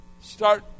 Start